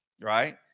right